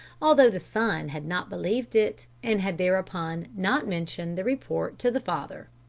although the son had not believed it, and had thereupon not mentioned the report to the father.